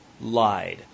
lied